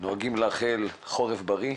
נוהגים לאחל: חורף בריא,